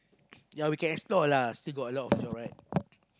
ya we can explore lah still got a lot of job right